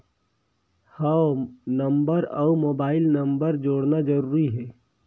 हव नंबर अउ mobile number जोड़ना जरूरी हे?